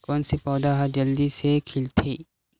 कोन से पौधा ह जल्दी से खिलथे?